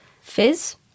fizz